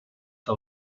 que